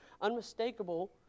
unmistakable